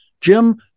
jim